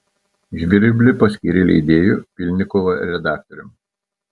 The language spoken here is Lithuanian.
žvirblį paskyrė leidėju pylnikovą redaktoriumi